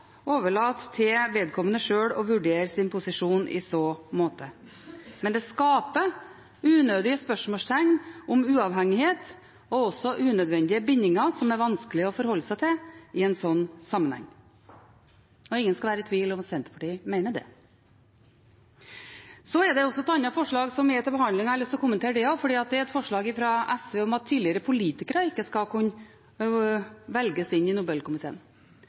sjøl å vurdere sin posisjon i så måte. Men det skaper unødige spørsmål om uavhengighet og også unødvendige bindinger, som det er vanskelig å forholde seg til i en slik sammenheng. Ingen skal være i tvil om at Senterpartiet mener det. Det er også et annet forslag som er til behandling, og jeg har lyst til å kommentere også det. Det er et forslag fra SV om at tidligere politikere ikke skal kunne velges inn i Nobelkomiteen.